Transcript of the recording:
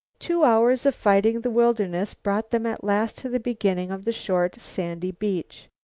two hours of fighting the wilderness brought them at last to the beginning of the short, sandy beach.